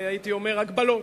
הייתי אומר, הגבלות,